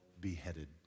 beheaded